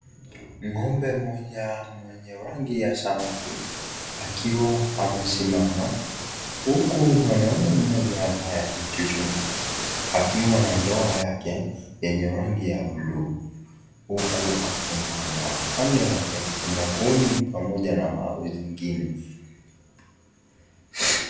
Ng'ombe moja mwenye rangi ya samiwi akiwa amesimama huku mwanamume mmoja ambaye amechuchuma akiwa na ndoo yake yenye rangi ya buluu huku akimkamua. Kando yake kuna kuna kuni pamoja na mawe zingine.